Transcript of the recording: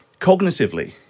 Cognitively